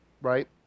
right